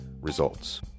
results